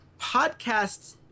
podcasts